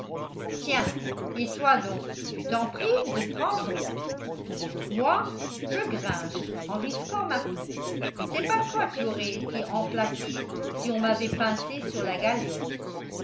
tiens et toi donc tu t'en prives de prendre moi je grinche en risquant ma peau c'est pas toi qui aurais été enflaquée si on m'avait pincé sur la galiote